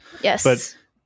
Yes